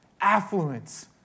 affluence